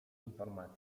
informacji